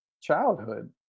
childhood